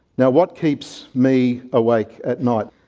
now what keeps me awake at night,